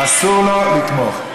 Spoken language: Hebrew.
אסור לו לתמוך.